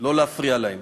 לא להפריע להם.